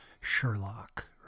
Sherlock